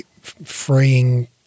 freeing